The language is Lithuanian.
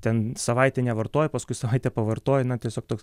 ten savaitę nevartoja paskui savaitę pavartoja na tiesiog toks